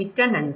மிக்க நன்றி